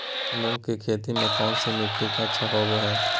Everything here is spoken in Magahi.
मूंग की खेती कौन सी मिट्टी अच्छा होबो हाय?